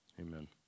amen